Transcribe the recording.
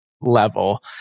Level